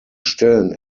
stellen